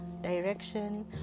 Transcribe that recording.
direction